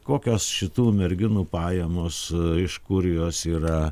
kokios šitų merginų pajamos iš kur jos yra